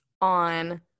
on